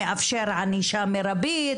הוא מאפשר ענישה מרבית,